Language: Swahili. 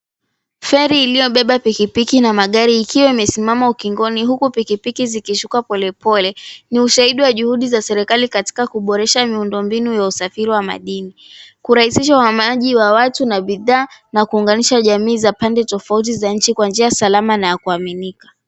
Feri iliyobeba piki piki na magari, ikiwa imesimama ukingoni huku piki piki zikishuka polepole, ni ushahidi wa juhudi za serikali katika kuboresha miundombinu ya usafiri wa madini, kurahisisha uhamaji wa watu na bidhaa na kuunganisha jamii za pande tofauti za nchi kwa njia salama na ya kuaminika.